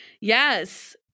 yes